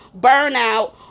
burnout